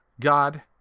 God